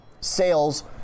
Sales